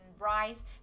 rice